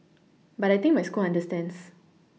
but I think my school understands